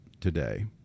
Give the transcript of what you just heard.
today